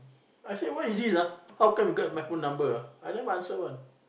I say what is this ah how come you get my phone number ah I never answer one